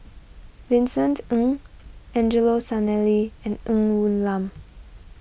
Vincent Ng Angelo Sanelli and Ng Woon Lam